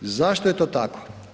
Zašto je to tako?